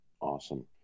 Awesome